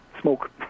smoke